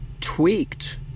tweaked